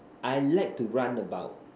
I like to run about